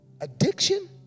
Addiction